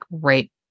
great